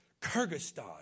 Kyrgyzstan